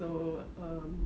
so um